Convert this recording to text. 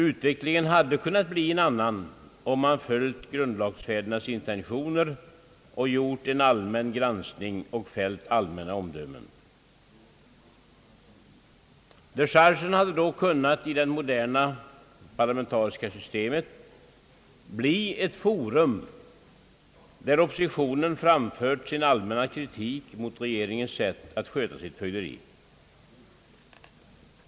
Utvecklingen hade kunnat bli en annan om man följt grundlagsfädernas intentioner och gjort en allmän granskning och fällt allmänna omdömen. Dechargen hade då kunnat 1 det moderna parlamentariska systemet bli ett forum, där oppositionen framfört sin allmänna kritik mot regeringens sätt att sköta sitt fögderi.